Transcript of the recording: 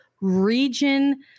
region-